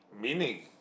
meaning